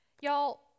Y'all